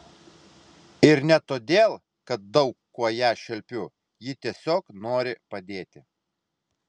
ir ne todėl kad daug kuo ją šelpiu ji tiesiog nori padėti